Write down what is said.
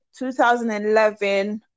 2011